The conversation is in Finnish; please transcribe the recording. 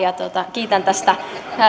kiitän tästä